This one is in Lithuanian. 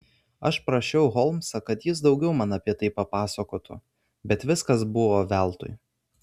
aš prašiau holmsą kad jis daugiau man apie tai papasakotų bet viskas buvo veltui